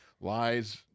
lies